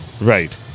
Right